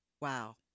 wow